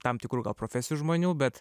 tam tikrų gal profesijų žmonių bet